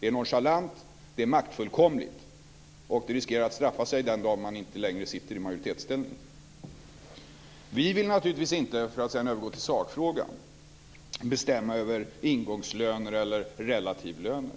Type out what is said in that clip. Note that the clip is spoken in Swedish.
Det är nonchalant, det är maktfullkomligt, och det riskerar att straffa sig den dagen man inte längre sitter i majoritetsställning. För att sedan övergå till sakfrågan vill jag säga att vi naturligtvis inte vill bestämma över ingångslöner eller relativlöner.